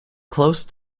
close